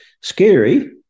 Scary